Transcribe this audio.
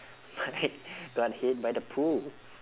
might got hit by the poo